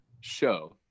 show